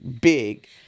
big